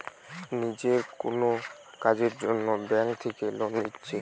নিজের কুনো কাজের জন্যে ব্যাংক থিকে লোন লিচ্ছে